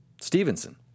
Stevenson